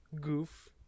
goof